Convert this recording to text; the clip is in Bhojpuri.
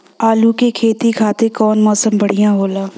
आलू के खेती खातिर कउन मौसम बढ़ियां होला?